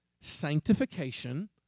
sanctification